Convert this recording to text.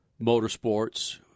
motorsports